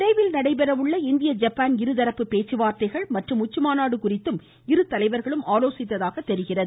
விரைவில் நடைபெறவுள்ள இந்திய ஜப்பான் இருதரப்பு பேச்சுவார்த்தைகள் மற்றும் உச்சிமாநாடு குறித்து இரு தலைவர்களும் ஆலோசித்ததாக தெரிகிறது